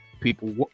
People